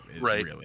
Right